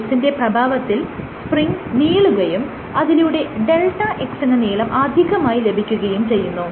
ഫോഴ്സിന്റെ പ്രഭാവത്തിൽ സ്പ്രിങ് നീളുകയും അതിലൂടെ Δx എന്ന നീളം അധികമായി ലഭിക്കുകയും ചെയ്യുന്നു